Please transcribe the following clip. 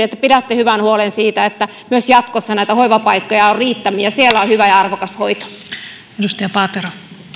että pidätte hyvän huolen siitä että myös jatkossa näitä hoivapaikkoja on riittämiin ja siellä on hyvä ja arvokas hoito